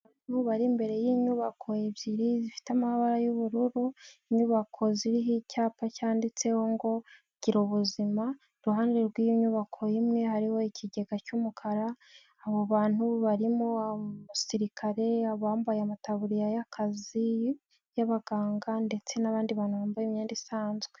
Muba imbere y'inyubako ebyiri zifite amabara y'ubururu inyubako ziriho icyapa cyanditseho ngo gira ubuzima iruhande rw'inyubako imwe hariho ikigega cy'umukara, abo bantu barimo umusirikare bambaye amataburiya y'akazi y'abaganga ndetse n'abandi bantu bambaye imyenda isanzwe.